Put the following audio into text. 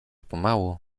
pomału